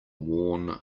worn